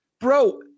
Bro